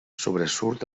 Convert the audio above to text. sobresurt